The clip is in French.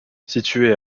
située